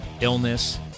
illness